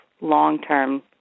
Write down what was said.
long-term